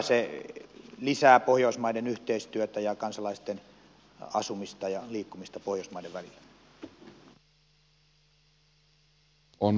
se lisää pohjoismaiden yhteistyötä ja kansalaisten asumista ja liikkumista pohjoismaiden välillä